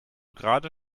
gerade